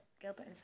Gilbert